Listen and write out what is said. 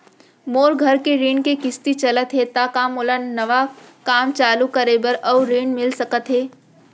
मोर घर के ऋण के किसती चलत हे ता का मोला नवा काम चालू करे बर अऊ ऋण मिलिस सकत हे?